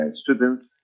students